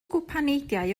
gwpaneidiau